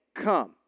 come